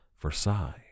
Versailles